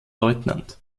lieutenant